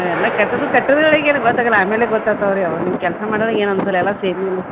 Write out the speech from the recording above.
ಎಲ್ಲ ಕಟ್ಟೋದು ಕಟ್ಟೋದ್ರೊಳಗೆ ಏನೂ ಗೊತ್ತಾಗೋಲ್ಲ ಆಮೇಲೆ ಗೊತ್ತಾತವೆ ರೀ ಅವು ನೀವು ಕೆಲಸ ಮಾಡುವಾಗ ಏನೂ ಅನ್ಸೋಲ್ಲ ಎಲ್ಲ ಸೇಮ್